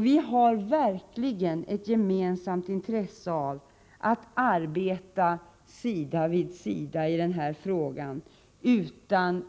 Vi har verkligen ett gemensamt intresse av att arbeta sida vid sida i denna fråga utan